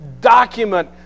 document